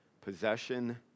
possession